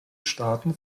staaten